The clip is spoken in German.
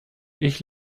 ich